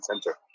Center